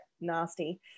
nasty